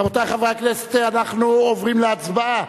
רבותי חברי הכנסת, אנחנו עוברים להצבעה.